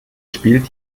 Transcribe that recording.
spielt